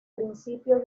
principio